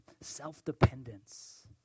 self-dependence